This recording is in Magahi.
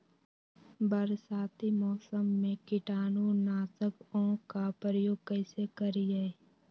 बरसाती मौसम में कीटाणु नाशक ओं का प्रयोग कैसे करिये?